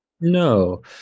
No